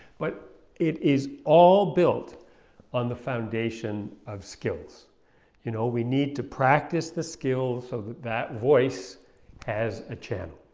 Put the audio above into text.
but it is all built on the foundation of skills you know we need to practice the skills so that that voice has a channel.